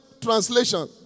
Translation